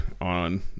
on